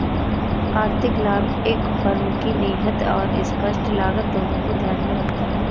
आर्थिक लाभ एक फर्म की निहित और स्पष्ट लागत दोनों को ध्यान में रखता है